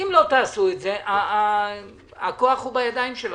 אם לא תעשו את זה, הכוח הוא בידיים שלכם.